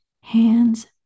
hands